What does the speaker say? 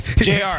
JR